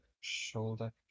shoulder